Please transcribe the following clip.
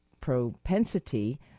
propensity